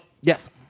Yes